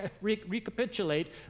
recapitulate